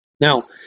Now